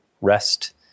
rest